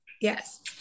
Yes